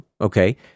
okay